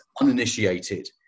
uninitiated